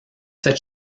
cette